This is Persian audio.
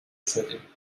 شدیم